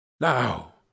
now